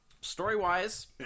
story-wise